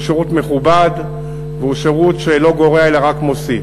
שירות מכובד והוא שירות שלא גורע אלא רק מוסיף.